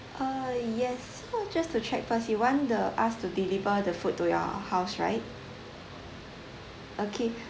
uh yes so just to check first you want the us to deliver the food to your house right okay